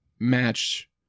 match